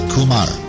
Kumar